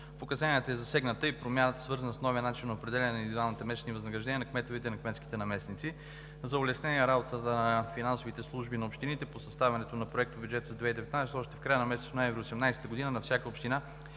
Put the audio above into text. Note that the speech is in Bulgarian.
указанията е засегната и промяната, свързана с новия начин за определяне на индивидуалните месечни възнаграждения на кметовете и на кметските наместници. За улеснение работата на финансовите служби на общините по съставянето на проектобюджетите си за 2019 г. още в края на месец ноември 2018 г. на всяка община